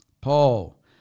Paul